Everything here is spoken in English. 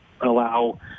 allow